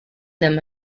them